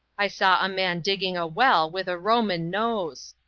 i saw a man digging a well with a roman nose.